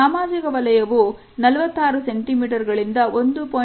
ಸಾಮಾಜಿಕ ವಲಯವು 46 ಸೆಂಟಿಮೀಟರ್ ಗಳಿಂದ 1